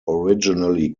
originally